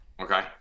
Okay